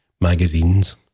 magazines